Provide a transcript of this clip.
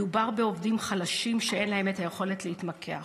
מדובר בעובדים חלשים שאין להם יכולת להתמקח.